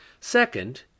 Second